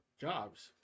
jobs